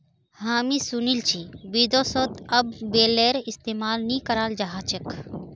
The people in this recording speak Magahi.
हामी सुनील छि विदेशत अब बेलरेर इस्तमाल नइ कराल जा छेक